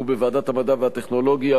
ובוועדת המדע והטכנולוגיה,